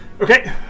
Okay